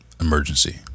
emergency